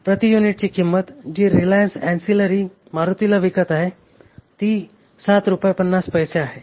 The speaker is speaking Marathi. प्रति युनिटची किंमत जी रिलायन्स अॅन्सिलरी मारुतीला विकत आहे ती 7 रुपये 50 पैसे आहे